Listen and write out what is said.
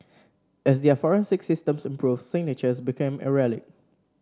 as their forensic systems improved signatures became a relic